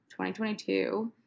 2022